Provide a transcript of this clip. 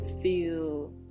feel